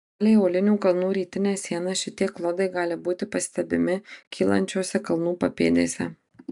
palei uolinių kalnų rytinę sieną šitie klodai gali būti pastebimi kylančiose kalnų papėdėse